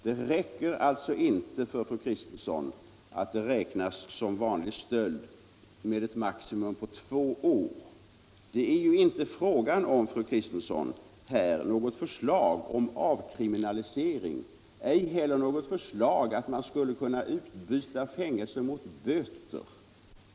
Det räcker alltså inte för fru Kristensson att detta räknas som vanlig stöld med ett maximum på två års fängelse. Här är det inte, fru Kristensson, fråga om något förslag om avkriminalisering, ej heller något förslag om att fängelse skulle utbytas mot böter.